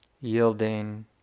yielding